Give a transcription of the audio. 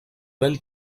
ben